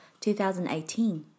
2018